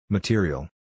Material